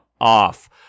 off